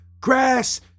grass